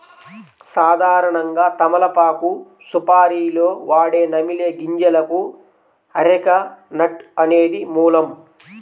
సాధారణంగా తమలపాకు సుపారీలో వాడే నమిలే గింజలకు అరెక నట్ అనేది మూలం